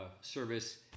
service